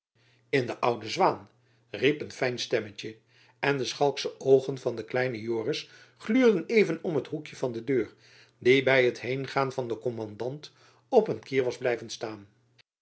in de oude zwaen riep een fijn stemmetjen en de schalksche oogen van den kleinen joris gluurden even om t hoekjen van de deur die by t heengaan van den kommandant op een kier was blijven staan